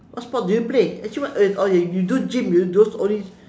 what sport do you play actually what oh ya ya you do gym those all this